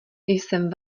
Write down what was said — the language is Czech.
jsem